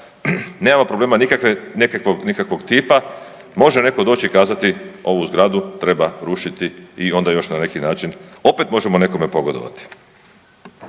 nekakvog, nikakvog tipa, može netko doći i kazati ovu zgradu treba rušiti i onda još na neki način opet možemo nekome pogodovati.